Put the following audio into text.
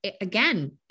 again